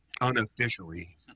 unofficially